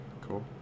Cool